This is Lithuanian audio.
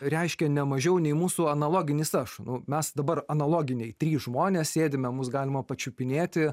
reiškia ne mažiau nei mūsų analoginis aš nu mes dabar analoginiai trys žmonės sėdime mus galima pačiupinėti